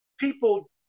People